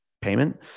payment